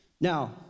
Now